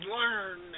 learn